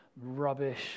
rubbish